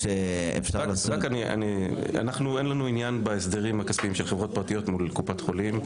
אין לנו עניין בהסדרים הכספיים של חברות פרטיות מול קופת החולים,